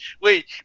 Wait